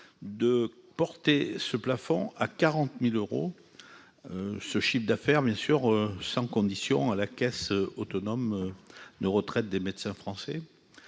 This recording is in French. de porter ce plafond à 40000 euros ce chiffre d'affaires bien sûr sans condition à la Caisse autonome de retraite des médecins français